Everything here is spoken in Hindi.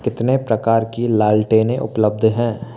कितने प्रकार की लालटेनें उपलब्ध हैं